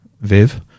Viv